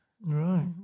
right